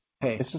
hey